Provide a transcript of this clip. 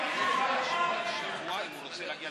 ולשוויון מגדרי